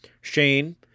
Shane